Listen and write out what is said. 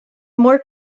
more